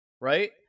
right